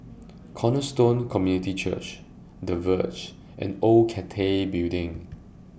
Cornerstone Community Church The Verge and Old Cathay Building